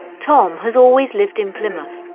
tom has always lived in plymouth,